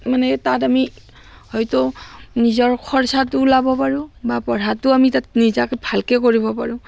মানে তাত আমি হয়তো নিজৰ খৰচাটো ওলাব পাৰোঁ বা পঢ়াটো আমি তাত নিজাকৈ ভালকৈ কৰিব পাৰোঁ